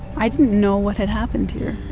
i didn't know what had happened here.